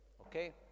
Okay